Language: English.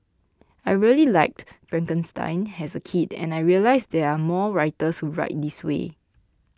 I really liked Frankenstein as a kid and I realised there are more writers who write this way